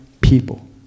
people